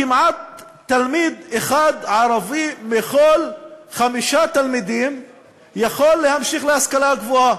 כמעט תלמיד ערבי אחד מכל חמישה תלמידים יכול להמשיך להשכלה הגבוהה,